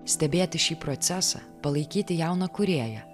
stebėti šį procesą palaikyti jauną kūrėją